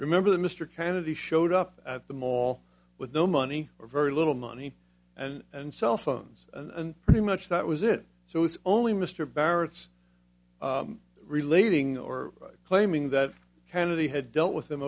remember that mr kennedy showed up at the mall with no money or very little money and cell phones and pretty much that was it so it's only mr barrett's relating or claiming that kennedy had dealt with him